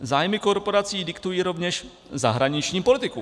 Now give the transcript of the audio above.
Zájmy korporací diktují rovněž zahraniční politiku.